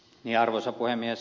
arvoisa puhemies